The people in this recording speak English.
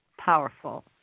powerful